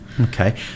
okay